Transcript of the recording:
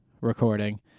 recording